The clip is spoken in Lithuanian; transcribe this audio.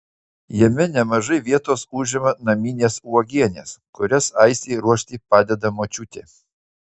jame nemažai vietos užima naminės uogienės kurias aistei ruošti padeda močiutė